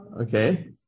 Okay